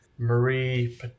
Marie